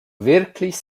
wirklich